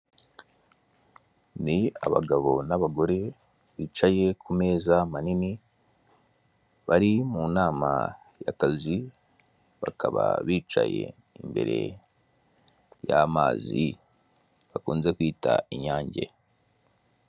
Ni abagabo n'abagore bicaye ku meza manini bari mu nama y'akazi bakaba bicaye imbere y'amazi bakunze kwita inyange.